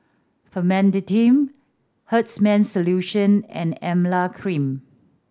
Famotidine Hartman's Solution and Emla Cream